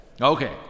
Okay